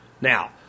Now